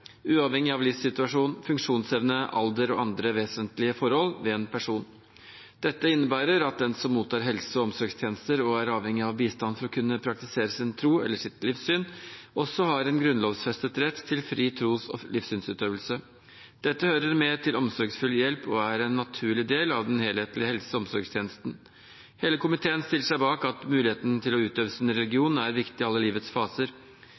uavhengig av livssituasjon, funksjonsevne, alder og andre vesentlige forhold ved en person. Dette innebærer at den som mottar helse- og omsorgstjenester og er avhengig av bistand for å kunne praktisere sin tro eller sitt livssyn, også har en grunnlovfestet rett til fri tros- og livssynsutøvelse. Dette hører med til omsorgsfull hjelp og er en naturlig del av den helhetlige helse- og omsorgstjenesten. Hele komiteen stiller seg bak at muligheten til å utøve sin religion er viktig i alle livets faser.